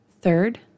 Third